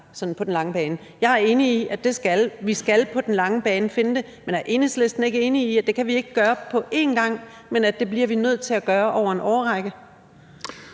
Jeg er enig i, at på den lange bane skal vi finde finansieringen, men er Enhedslisten ikke enige i, at det kan vi ikke gøre på én gang, men at det bliver vi nødt til at gøre over en årrække?